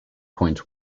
point